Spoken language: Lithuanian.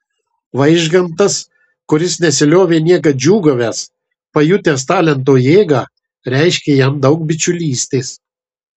vaižgantas kuris nesiliovė niekad džiūgavęs pajutęs talento jėgą reiškė jam daug bičiulystės